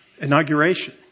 inauguration